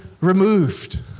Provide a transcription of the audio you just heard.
removed